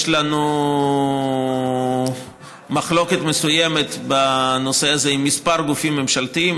יש לנו מחלוקת מסוימת בנושא הזה עם כמה גופים ממשלתיים.